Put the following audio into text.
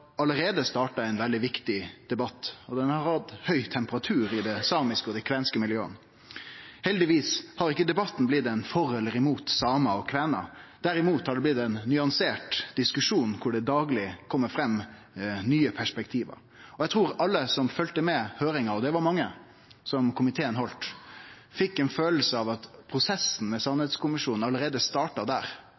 allereie starta ein svært viktig debatt. Han har hatt høg temperatur i dei samiske og kvenske miljøa. Heldigvis har ikkje debatten blitt ein debatt for eller imot samar og kvenar. Derimot har det blitt ein nyansert diskusjon der det dagleg kjem fram nye perspektiv. Eg trur alle som følgde med på høyringa som komiteen heldt, og det var mange, fekk ein følelse av at prosessen med sanningskommisjon starta allereie der.